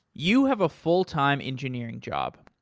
you have a full time engineering job.